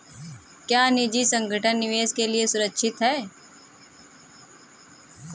क्या निजी संगठन निवेश के लिए सुरक्षित हैं?